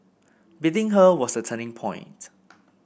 beating her was the turning point